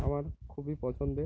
আমার খুবই পছন্দের